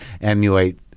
emulate